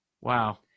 Wow